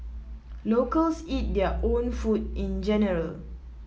locals eat their own food in general